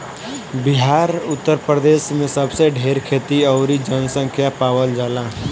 बिहार उतर प्रदेश मे सबसे ढेर खेती अउरी जनसँख्या पावल जाला